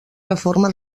reforma